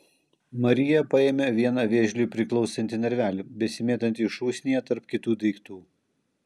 marija paėmė vieną vėžliui priklausantį narvelį besimėtantį šūsnyje tarp kitų daiktų